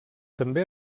també